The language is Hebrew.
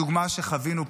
הדוגמה שחווינו פה,